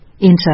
enter